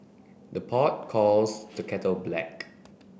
the pot calls the kettle black